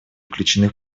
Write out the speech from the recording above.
включены